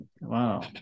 wow